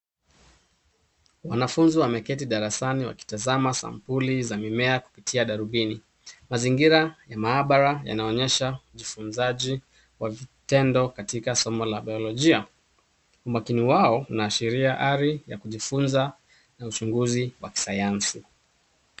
Wanafunzi wameketi darasani wakitazama sampuli za mimea kupitia darubini. Mazingira ya maabara yanayoonyesha ujifunzaji wa vitendo katika somo la biolojia. Umakini wao unashiria ari ya kujifunza na uchunguzi wa kisayansi.